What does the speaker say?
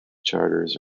charters